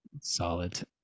Solid